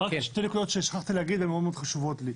רק שתי נקודות ששכחתי להגיד והן מאוד חשובות לי,